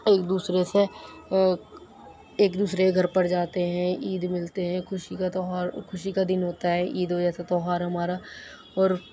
ایک دوسرے سے ایک دوسرے کے گھر پر جاتے ہیں عید ملتے ہیں خوشی کا تہوار خوشی کا دِن ہوتا ہے عید جیسا تہوار ہمارا اور